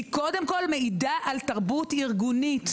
היא קודם כול מעידה על תרבות ארגונית,